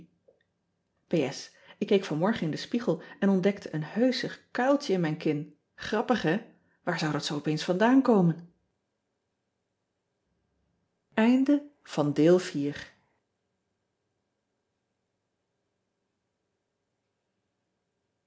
k keek vanmorgen in den spiegel en ontdekte een heuschig kuiltje in mijn kin rappig hè aar zou dat zoo opeens vandaan komen